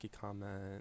comment